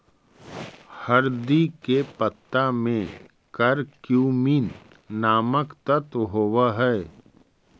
हरदी के पत्ता में करक्यूमिन नामक तत्व होब हई